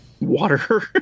water